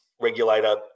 regulator